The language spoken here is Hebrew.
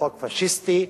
חוק פאשיסטי,